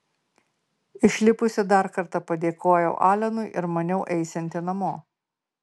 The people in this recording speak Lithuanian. išlipusi dar kartą padėkojau alenui ir maniau eisianti namo